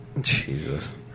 jesus